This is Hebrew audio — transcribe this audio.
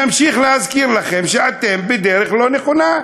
נמשיך להזכיר לכם שאתם בדרך לא נכונה,